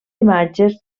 imatges